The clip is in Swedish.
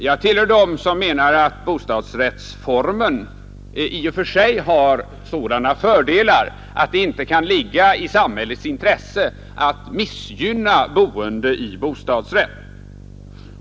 Jag tillhör dem som menar att bostadsrättsformen i sig har sådana fördelar att det inte kan ligga i samhällets intresse att missgynna boende med bostadsrätt.